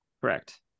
Correct